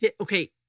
Okay